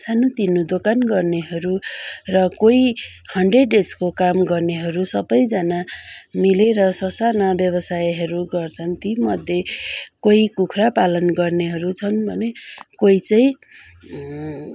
सानो तिनो दोकान गर्नेहरू र कोही हन्ड्रेड डेजको काम गर्नेहरू सबैजना मिलेर ससाना व्यवसायहरू गर्छन् ती मध्ये कोही कुखुरा पालन गर्नेहरू छन् भने कोही चाहिँ